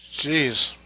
Jeez